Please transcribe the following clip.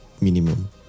minimum